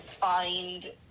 find